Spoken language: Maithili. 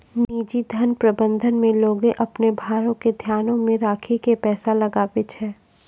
निजी धन प्रबंधन मे लोगें अपनो भारो के ध्यानो मे राखि के पैसा लगाबै छै